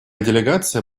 делегация